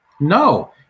No